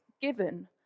given